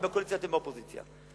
אני בקואליציה, אתם באופוזיציה.